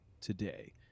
today